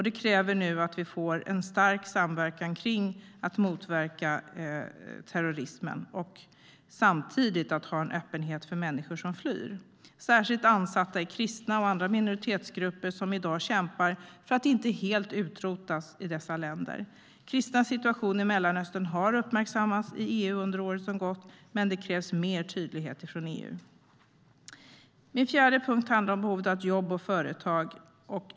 Det kräver nu att vi får en stark samverkan kring att motverka terrorismen och samtidigt ha en öppenhet för människor som flyr. Särskilt ansatta är kristna och andra minoritetsgrupper som i dag kämpar för att inte helt utrotas i dessa länder. Kristnas situation i Mellanöstern har uppmärksammats i EU under året som gått, men det krävs mer tydlighet från EU. Min fjärde punkt handlar om behovet av fler jobb och företag.